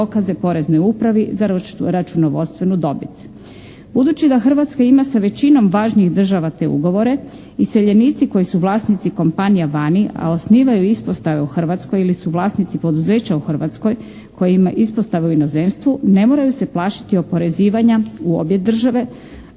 dokaze poreznoj upravi za računovodstvenu dobit. Budući da Hrvatska ima sa većinom važnih država te ugovore iseljenici koji su vlasnici kompanija vani, a osnivaju ispostave u Hrvatskoj ili su vlasnici poduzeća u Hrvatskoj koje ima ispostave u inozemstvu ne moraju se plašiti oporezivanja u obje države,